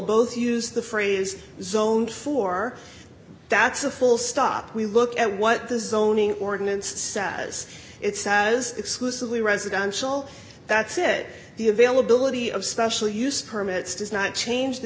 both use the phrase zone for that's a full stop we look at what the zoning ordinance status it's as exclusively residential that's it the availability of special use permits does not change the